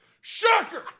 Shocker